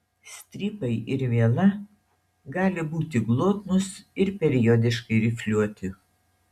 strypai ir viela gali būti glotnūs ir periodiškai rifliuoti